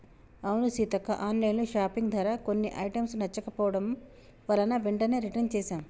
అవును Seethakka online shopping ధర కొన్ని ఐటమ్స్ నచ్చకపోవడం వలన వెంటనే రిటన్ చేసాం